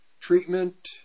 treatment